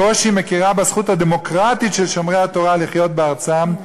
בקושי מכירה בזכות הדמוקרטית של שומרי התורה לחיות בארצם,